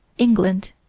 england.